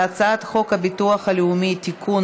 על הצעת חוק הביטוח הלאומי (תיקון,